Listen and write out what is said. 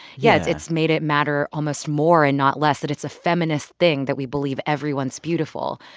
yeah, it's it's made it matter almost more and not less, that it's a feminist thing that we believe everyone's beautiful.